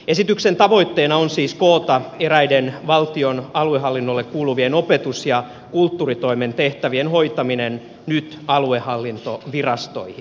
esityksen tavoitteena on siis koota eräiden valtion aluehallinnolle kuuluvien opetus ja kulttuuritoimen tehtävien hoitaminen nyt aluehallintovirastoihin